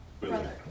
brother